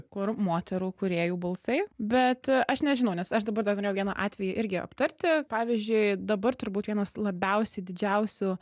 kur moterų kūrėjų balsai bet aš nežinau nes aš dabar dar turėjau vieną atvejį irgi aptarti pavyzdžiui dabar turbūt vienas labiausiai didžiausių